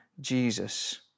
Jesus